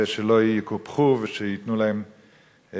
בענף הספורט ושלא יקופחו ושייתנו להם תנאים.